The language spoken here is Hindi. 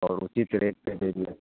और उसी के रेट पर दे दिया जाएगा